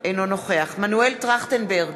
אינו נוכח מנואל טרכטנברג,